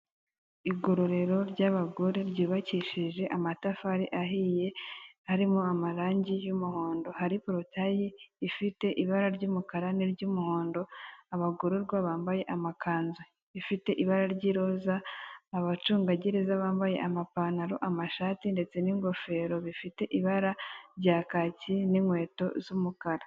Igororero ry'abagore ryiyubakishije amatafari ahiye, arimo amarangi y'umuhondo, hari porotayi ifite ibara ry'umukara n'iry'umuhondo, abagororwa bambaye amakanzu, ifite ibara ry'iroza abacungagereza bambaye amapantaro, amashati, ndetse n'ingofero bifite ibara rya kaki, n'inkweto z'umukara.